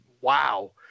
wow